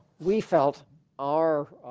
we felt our